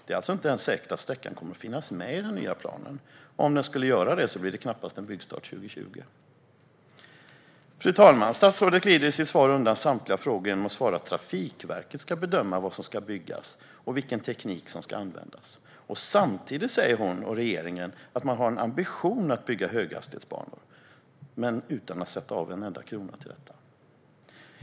Det är alltså inte ens säkert att sträckan kommer att finnas med i den nya planen. Och om den skulle göra det blir det knappast en byggstart 2020. Fru talman! Statsrådet glider i sitt svar undan samtliga frågor genom att svara: Trafikverket ska bedöma vad som ska byggas och vilken teknik som ska användas. Samtidigt säger hon och regeringen att man har en ambition att bygga höghastighetsbanor men utan att sätta av en enda krona till detta.